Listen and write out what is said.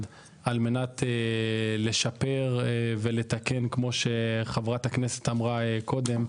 על מנת לשפר ולתקן כמו שחברת הכנסת אמרה קודם,